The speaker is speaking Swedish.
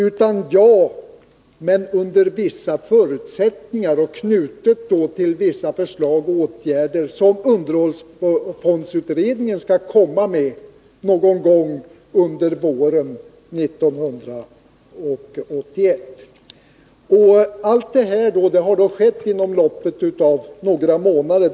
Utan det blev ett ja under vissa förutsättningar, ett ja knutet till vissa förslag till åtgärder som underhållsfondsutredningen skall komma med någon gång under våren 1981. Detta vinglande fram och tillbaka har alltså ägt rum inom loppet av några månader.